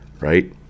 right